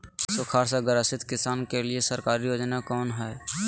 सुखाड़ से ग्रसित किसान के लिए सरकारी योजना कौन हय?